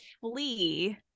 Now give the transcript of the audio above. flee